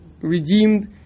redeemed